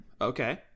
Okay